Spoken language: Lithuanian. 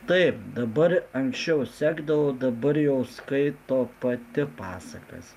taip dabar anksčiau sekdavau dabar jau skaito pati pasakas